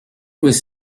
was